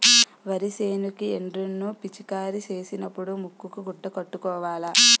వరి సేనుకి ఎండ్రిన్ ను పిచికారీ సేసినపుడు ముక్కుకు గుడ్డ కట్టుకోవాల